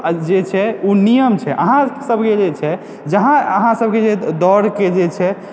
जे छै ओ नियम छै अहाँसभके जे छै जहाँ अहाँसभके दौड़के जे छै